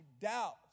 doubt